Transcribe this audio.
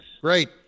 Great